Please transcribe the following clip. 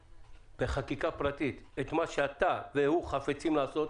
לחקיקה פרטית את מה שאתה והוא חפצים לעשות.